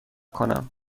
کنم